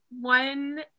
One